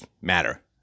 matter